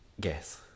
Guess